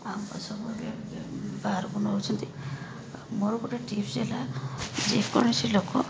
ଆମ୍ବ ସବୁ ଏବେ ବାହାରକୁ ନେଉଛନ୍ତି ଆଉ ମୋର ଗୋଟେ ଟିପ୍ସ ହେଲା ଯେକୌଣସି ଲୋକ